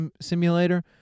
simulator